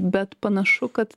bet panašu kad